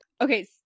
Okay